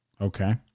Okay